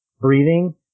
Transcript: breathing